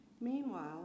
Meanwhile